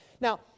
Now